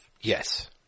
Yes